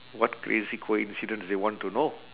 what crazy coincidence they want to know